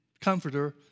comforter